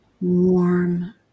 warm